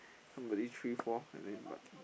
somebody three four and then but